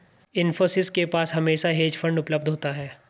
इन्फोसिस के पास हमेशा हेज फंड उपलब्ध होता है